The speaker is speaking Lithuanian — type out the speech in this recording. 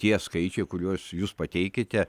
tie skaičiai kuriuos jūs pateikėte